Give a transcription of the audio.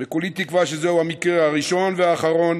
וכולי תקווה שזה המקרה הראשון והאחרון